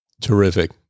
Terrific